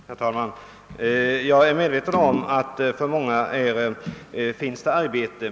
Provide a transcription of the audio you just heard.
Herr talman! Jag är medveten om att det för många ungdomar finns arbete.